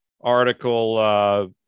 article